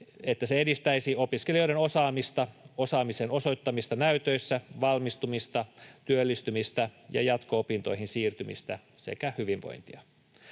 että se edistäisi opiskelijoiden osaamista, osaamisen osoittamista näytöissä, valmistumista, työllistymistä ja jatko-opintoihin siirtymistä sekä hyvinvointia.